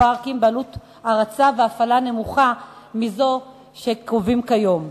ופארקים בעלות הרצה והפעלה נמוכה מזו שקובעים כיום.